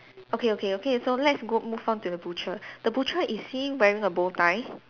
okay okay okay so let's go move on to the butcher the butcher is he wearing a bow tie